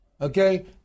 Okay